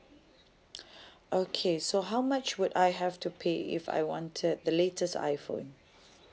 okay so how much would I have to pay if I wanted the latest iphone